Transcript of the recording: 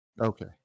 okay